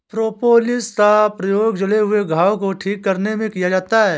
propolis का प्रयोग जले हुए घाव को ठीक करने में किया जाता है